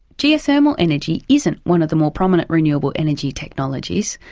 geothermal energy isn't one of the more prominent renewable energy technologies,